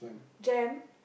Jem